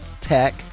tech